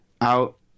out